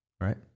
right